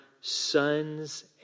sons